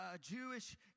Jewish